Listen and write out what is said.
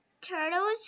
Turtles